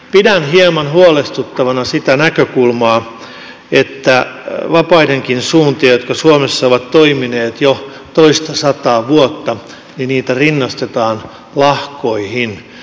pidän hieman huolestuttavana sitä näkökulmaa että myös vapaita suuntia jotka suomessa ovat toimineet jo toistasataa vuotta rinnastetaan lahkoihin